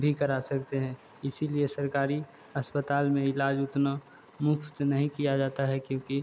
भी करा सकते हैं इसी लिए सरकारी अस्पताल में इलाज उतना मुफ़्त नहीं किया जाता है क्योंकि